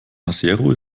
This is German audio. maseru